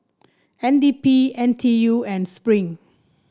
N D P N T U and Spring